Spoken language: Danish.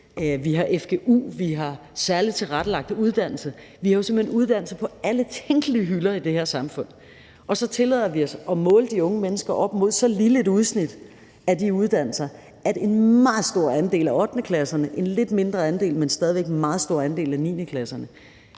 vi har fgu, vi har særlig tilrettelagt ungdomsuddannelse. Vi har simpelt hen uddannelse på alle tænkelige hylder i det her samfund. Og så tillader vi os at måle de unge mennesker op mod så lille et udsnit af de uddannelser, at en meget stor andel af 8.-klasserne, en lidt mindre andel, men stadig væk en meget stor andel af 9.-klasserne